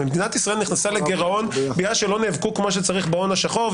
מדינת ישראל נכנסה לגרעון בגלל שלא נאבקו כמו שצריך בהון השחור,